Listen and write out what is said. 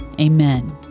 amen